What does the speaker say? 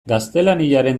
gaztelaniaren